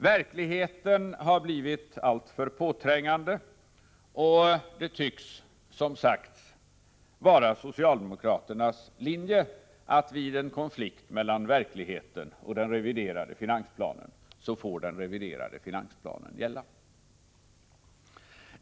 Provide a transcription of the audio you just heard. Verkligheten har blivit alltför påträngande och det tycks, som sagt, vara socialdemokraternas linje att vid en konflikt mellan verkligheten och den reviderade finansplanen får den reviderade finansplanen gälla.